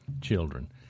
children